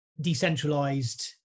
Decentralized